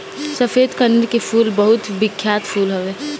सफ़ेद कनेर के फूल बहुते बिख्यात फूल हवे